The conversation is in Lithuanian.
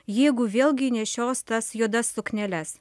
jeigu vėlgi nešios tas juodas sukneles